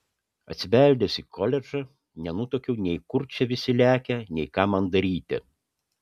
atsibeldęs į koledžą nenutuokiau nei kur čia visi lekia nei ką man daryti